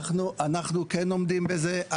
אנחנו כן עומדים בזה.